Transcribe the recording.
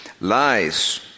lies